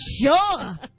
Sure